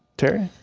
terry?